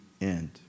end